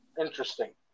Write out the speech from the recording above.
Interesting